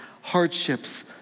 hardships